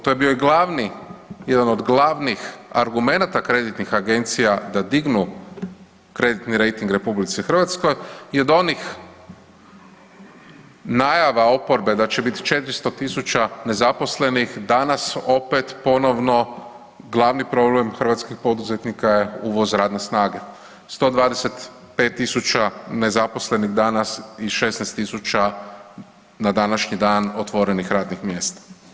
To je bio jedan od glavnih argumenata kreditnih agencija da dignu kreditni rejting u RH i od onih najava oporbe da će biti 400.000 nezaposlenih danas opet ponovno glavni problem hrvatskih poduzetnika je uvoz radne snage 125.000 nezaposlenih danas i 16.000 na današnji dan otvorenih radnih mjesta.